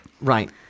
Right